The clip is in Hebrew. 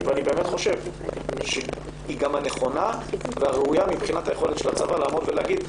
אני חושב שהיא גם נכונה וראויה מבחינת היכולת של הצבא להגיד: